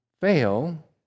fail